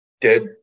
dead